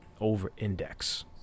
over-index